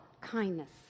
kindness